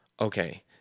okay